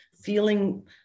feeling